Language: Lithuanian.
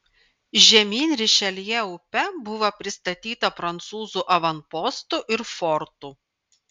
žemyn rišeljė upe buvo pristatyta prancūzų avanpostų ir fortų